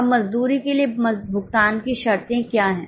अब मजदूरी के लिए भुगतान की शर्तें क्या हैं